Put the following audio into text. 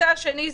הנושא השני,